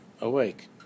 awake